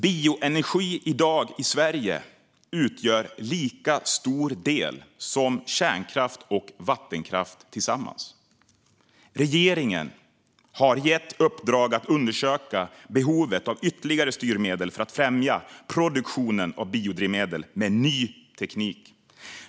Bioenergi utgör i dag i Sverige lika stor del som kärnkraft och vattenkraft tillsammans. Regeringen har gett uppdrag att undersöka behovet av ytterligare styrmedel för att främja produktionen av biodrivmedel med ny teknik.